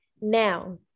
Now